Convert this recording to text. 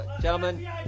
Gentlemen